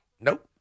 Nope